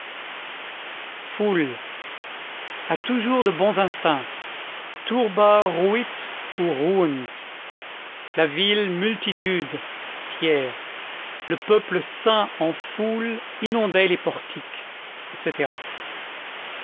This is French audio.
foule a toujours de bons instincts turba ruit ou ruunt la vile multitude thiers le peuple saint en foule inondait les portiques etc